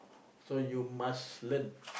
so you must learn